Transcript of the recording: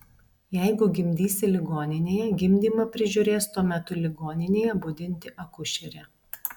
jeigu gimdysi ligoninėje gimdymą prižiūrės tuo metu ligoninėje budinti akušerė